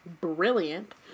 brilliant